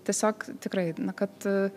tiesiog tikrai na kad